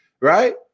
right